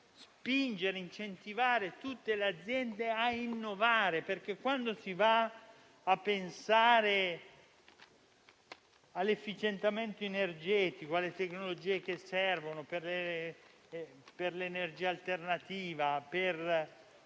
di incentivare tutte le aziende a innovare, perché pensare all'efficientamento energetico, alle tecnologie che servono per l'energia alternativa, per